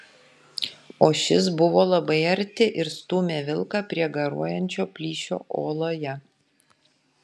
o šis buvo labai arti ir stūmė vilką prie garuojančio plyšio uoloje